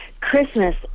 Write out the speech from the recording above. Christmas